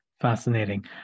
fascinating